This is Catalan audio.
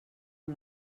amb